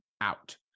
out